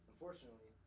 Unfortunately